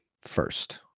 first